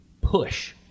push